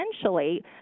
essentially